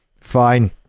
Fine